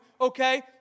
okay